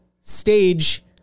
stage